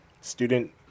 student